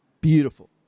beautiful